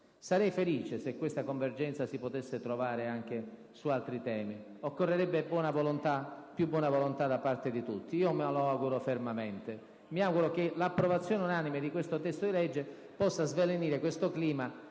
Sarei felice se questa convergenza si potesse trovare anche su altri temi: occorrerebbe più buona volontà da parte di tutti, cosa che io mi auguro fermamente. Mi auguro, in sostanza, che l'approvazione unanime di questo testo di legge possa svelenire questo clima,